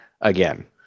again